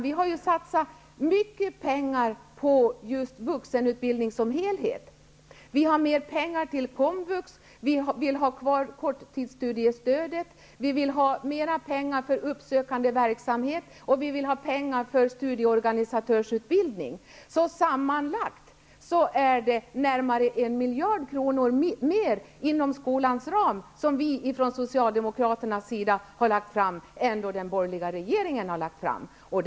Vi har satsat mycket pengar på vuxenutbildningen i dess helhet. Vi vill ge mer pengar till komvux. Vi vill ha kvar korttidsstudiestödet, och vi vill ha mera pengar till uppsökande verksamhet och till studieorganisatörsutbildning. Sammanlagt har vi föreslagit 1 miljard kronor mer inom skolans ram från Socialdemokraternas sida än vad den borgerliga regeringen har föreslagit.